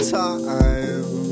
time